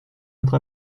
votre